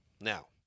Now